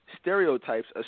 stereotypes